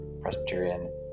Presbyterian